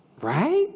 Right